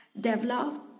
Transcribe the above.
develop